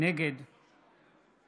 נגד